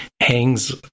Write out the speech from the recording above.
hangs